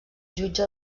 jutge